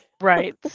Right